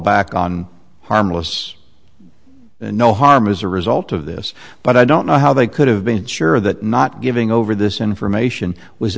back on harmless no harm as a result of this but i don't know how they could have been sure that not giving over this information was